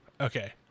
okay